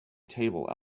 table